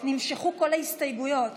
נמשכו כל ההסתייגויות